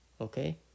okay